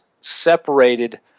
separated